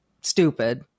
stupid